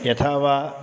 यथा वा